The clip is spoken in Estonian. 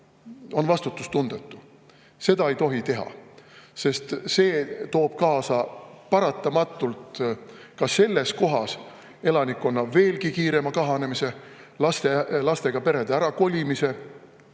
on vastutustundetu. Seda ei tohi teha, sest see toob paratamatult kaasa selles kohas elanikkonna veelgi kiirema kahanemise, lastega perede ärakolimise.